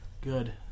Good